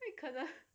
哪里可能